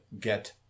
get